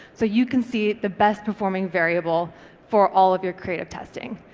so you can see the best performing variable for all of your creative testing.